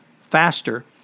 faster